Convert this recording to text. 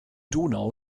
donau